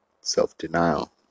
self-denial